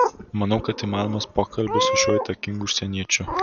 manau kad įmanomas pokalbis su šiuo įtakingu užsieniečiu